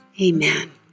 Amen